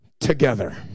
together